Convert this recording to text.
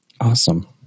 Awesome